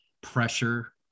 pressure